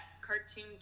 cartoon